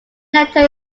nectar